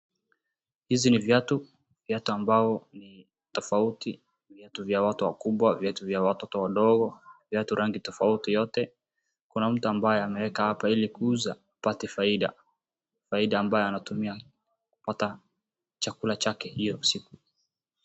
Hizi ni viatu, viatu ambao ni tofauti, viatu vya watu wakubwa, viatu vya watoto wadogo, viatu rangi tofauti yote. Kuna mu ambaye ameweka hapa ili kuuza apate faida, faida ambayo anatumia kupata chakula chake hiyo siku.